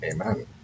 Amen